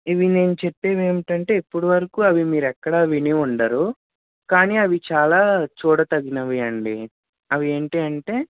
ఇవి నేను చెప్పేవి ఏమిటంటే ఇప్పటి వరకు అవి మీరు ఎక్కడా విని వుండరు కాని అవి చాలా చూడతగినవి అండి అవి ఏంటి అంటే